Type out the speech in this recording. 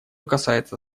касается